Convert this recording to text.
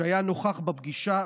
שהיה נוכח בפגישה,